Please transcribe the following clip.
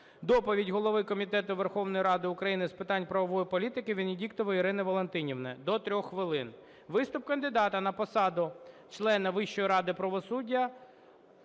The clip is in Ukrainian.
Доповідь голови Комітету Верховної Ради України з питань правової політики Венедіктової Ірини Валентинівни – до 3 хвилин, виступ кандидата на посаду члена Вищої ради правосуддя